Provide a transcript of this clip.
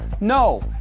no